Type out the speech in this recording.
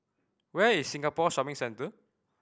where is Singapore Shopping Centre